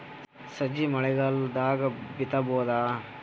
ಸಜ್ಜಿ ಮಳಿಗಾಲ್ ದಾಗ್ ಬಿತಬೋದ?